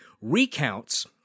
recounts –